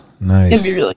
nice